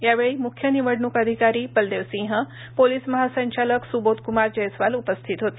यावेळी मुख्य निवडणूक अधिकारी बलदेव सिंह पोलीस महासंचालक सुबोध कुमार जैस्वाल उपस्थित होते